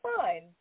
fine